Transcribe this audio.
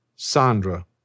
Sandra